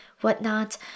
whatnot